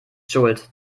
schuld